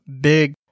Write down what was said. big